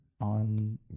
on